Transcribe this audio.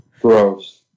Gross